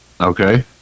Okay